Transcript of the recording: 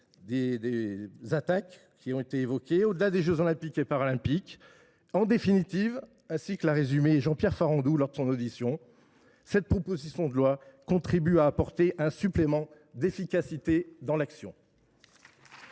attaques. Elle va également au delà des jeux Olympiques et Paralympiques. En définitive, ainsi que l’a résumé Jean Pierre Farandou lors de son audition, cette proposition de loi contribue à apporter un « supplément d’efficacité dans l’action